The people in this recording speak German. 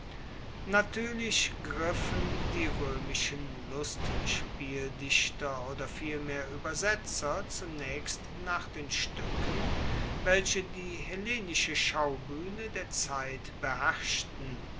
natuerlich griffen die roemischen i ustspieldichter oder vielmehr uebersetzer zunaechst nach den stuecken welche die hellenische schaubuehne der zeit beherrschten